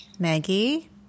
Maggie